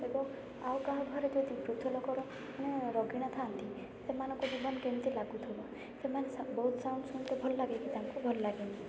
ଏବଂ ଆଉ କାହା ଘରେ ଯଦି ବୃଦ୍ଧ ଲୋକର ମାନେ ରୋଗୀଣା ଥାଆନ୍ତି ସେମାନଙ୍କୁ ଜୀବନ କେମିତି ଲାଗୁଥିବ ସେମାନେ ବହୁତ ସାଉଣ୍ଡ୍ ଶୁଣିଲେ ଭଲଲାଗେ କି ତାଙ୍କୁ ଭଲ ଲାଗେନି